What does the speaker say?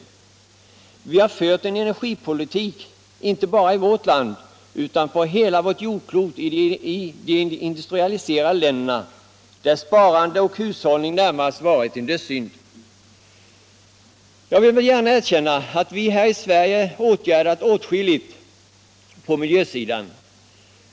Inte bara i vårt land utan i de industrialiserade länderna på hela vårt jordklot har vi fört en energipolitik, där sparande och hushållning i det närmaste varit en dödssynd. Jag vill gärna erkänna att vi här i Sverige vidtagit åtslåilliga åtgärder på: miljösidan.